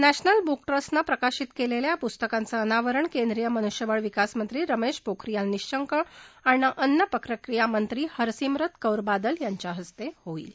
नद्यजल book ट्रस्टनं प्रकाशित केलेल्या या पुस्तकांचं अनावरण केंद्रीय मनुष्यबळविकास मंत्री रमेश पोखरियाल निशंक आणि अन्नप्रक्रिया मंत्री हरसिमरत कौर बादल यांच्या हस्ते होईल